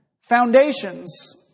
Foundations